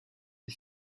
des